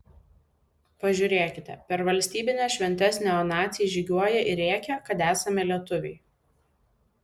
pažiūrėkite per valstybines šventes neonaciai žygiuoja ir rėkia kad esame lietuviai